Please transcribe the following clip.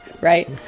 right